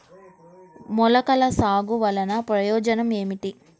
మొలకల సాగు వలన ప్రయోజనం ఏమిటీ?